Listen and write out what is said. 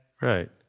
Right